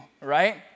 right